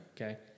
Okay